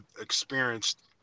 experienced